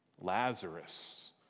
Lazarus